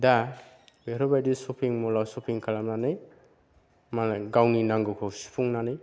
दा बेफोरबादि शपिं मलाव शपिं खालामनानै मालाय गावनि नांगौखौ सुफुंनानै